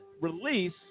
release